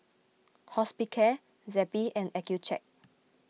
Hospicare Zappy and Accucheck